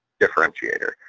differentiator